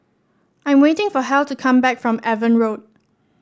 I am waiting for Hal to come back from Avon Road